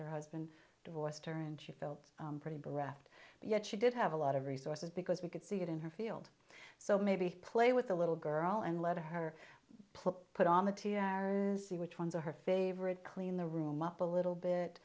her husband divorced her and she felt pretty bereft yet she did have a lot of resources because we could see it in her field so maybe play with the little girl and let her put put on the two hours see which ones are her favorite clean the room up a little bit